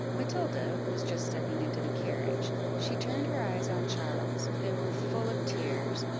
matilda was just stepping into the carriage she turned her eyes on charles they were full of tears,